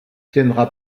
tiendra